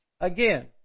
Again